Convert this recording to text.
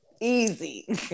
easy